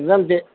जमते